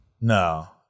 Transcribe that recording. No